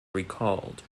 recalled